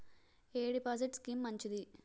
ఎ deposit scheme మంచిది?